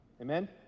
Amen